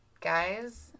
guys